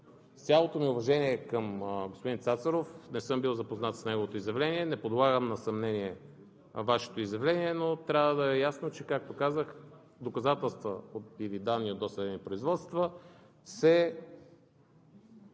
С цялото ми уважение към господин Цацаров, не съм бил запознат с неговото изявление. Не подлагам на съмнение Вашето изявление, но трябва да е ясно, както казах, че доказателства или данни от досъдебни производства се